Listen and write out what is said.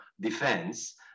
defense